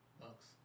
Bucks